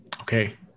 Okay